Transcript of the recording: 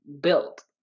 built